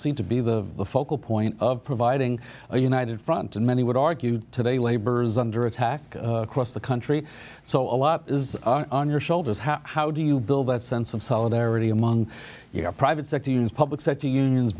seemed to be the focal point of providing a united front and many would argue today labor's under attack across the country so a lot is on your shoulders how how do you build that sense of solidarity among your private sector unions